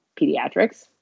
pediatrics